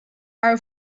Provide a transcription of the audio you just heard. are